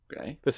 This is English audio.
Okay